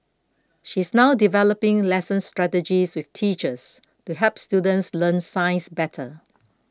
she is now developing lesson strategies with teachers to help students learn science better